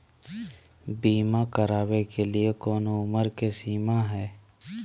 बीमा करावे के लिए कोनो उमर के सीमा है?